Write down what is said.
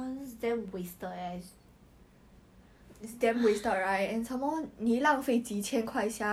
it's like um okay I will just accept cause I don't want things to be like awkward so I just accept lah